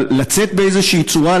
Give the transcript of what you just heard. אבל לצאת באיזושהי צורה,